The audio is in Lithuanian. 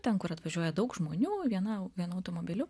ten kur atvažiuoja daug žmonių viena vienu automobiliu